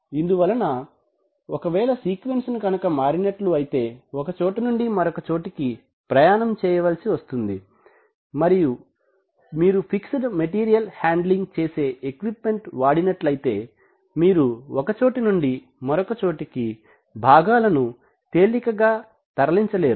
ఇందువలన ఒకవేళ సీక్వెన్స్ కనుక మారినట్లు అయితే ఒక చోట నుండి మరొక చోటికి ప్రయాణం చేయాల్సి వస్తుంది మరియు మీరు ఫిక్సెడ్ మెటీరియల్ హండ్లింగ్ చేసే ఎక్విప్మెంట్ వాడినట్లయితే మీరు ఒక చోటు నుండి మరొకచోటికి భాగాలను తేలికగా తరలించ లేరు